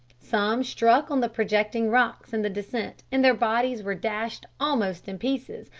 some struck on the projecting rocks in the descent, and their bodies were dashed almost in pieces,